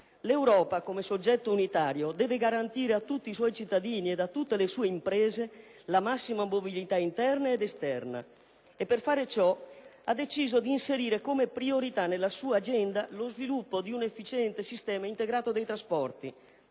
L'Europa, come soggetto unitario, deve garantire a tutti i suoi cittadini e a tutte le sue imprese la massima mobilità interna ed esterna e per fare ciò ha deciso di inserire come priorità nella sua agenda lo sviluppo di un efficiente sistema integrato dei trasporti